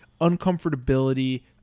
uncomfortability